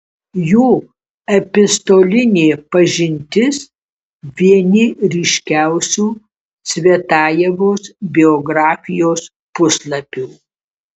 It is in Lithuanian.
jų epistolinė pažintis vieni ryškiausių cvetajevos biografijos puslapių